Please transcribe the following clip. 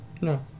no